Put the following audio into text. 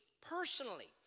personally